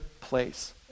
place